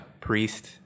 Priest